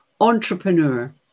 entrepreneur